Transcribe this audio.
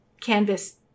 canvas